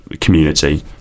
community